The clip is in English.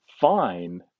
fine